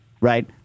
right